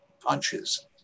punches